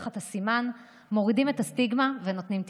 תחת הסימן: מורידים את הסטיגמה ונותנים תקווה.